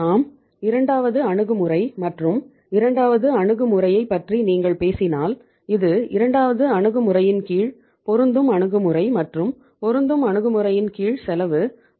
நம் இரண்டாவது அணுகுமுறை மற்றும் இரண்டாவது அணுகுமுறையைப் பற்றி நீங்கள் பேசினால் இது இரண்டாவது அணுகுமுறையின் கீழ் பொருந்தும் அணுகுமுறை மற்றும் பொருந்தும் அணுகுமுறையின் கீழ் செலவு ரூ